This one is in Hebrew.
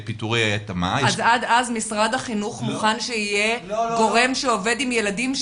עד אז משרד החינוך מוכן שיהיה גורם שעובד עם ילדים,